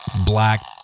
black